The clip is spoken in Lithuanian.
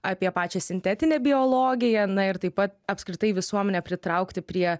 apie pačią sintetinę biologiją na ir taip pat apskritai visuomenę pritraukti prie